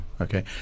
Okay